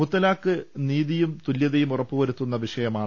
മുത്തലാഖ് നീതിയും തുല്യതയും ഉറപ്പുവരുത്തുന്ന വിഷയമാണ്